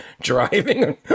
driving